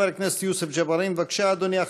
חבר הכנסת יוסף ג'בארין, בבקשה, אדוני.